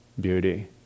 beauty